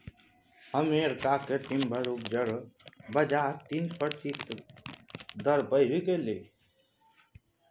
America मे timber उपजाक बजार तीन प्रतिशत दर सँ बढ़लै यै